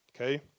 okay